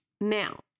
Now